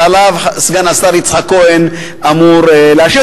שעליו סגן השר יצחק כהן אמור להשיב.